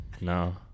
no